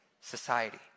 society